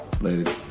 Later